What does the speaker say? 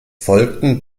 folgten